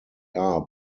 are